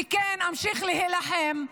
וכן אמשיך להילחם.